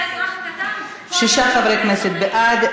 שישה חברי כנסת בעד,